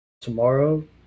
Tomorrow